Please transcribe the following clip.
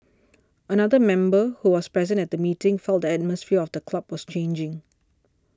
another member who was present at the meeting felt the atmosphere of the club was changing